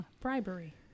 bribery